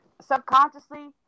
subconsciously